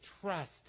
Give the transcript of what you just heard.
trust